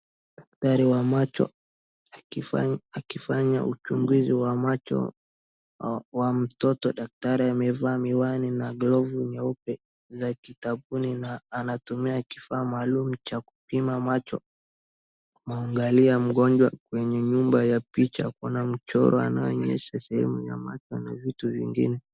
Daktari wa macho akifanya uchunguzi wa macho wa mtoto. Daktari amevaa miwani na glovu nyeupe za kitabuni na anatumia kifaa maalum cha kupima macho kumwangalia mgonjwa. Kwenye nyumba ya picha kuna mchoro unaonyesha sehemu ya macho na vitu vingine.